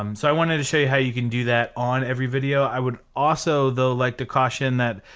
um so i wanted to show you how you can do that on every video. i would also though like the caution that